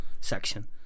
section